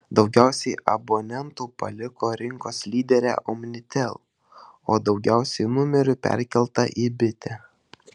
daugiausiai abonentų paliko rinkos lyderę omnitel o daugiausiai numerių perkelta į bitę